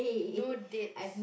no dates